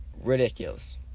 ridiculous